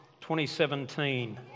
2017